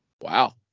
Wow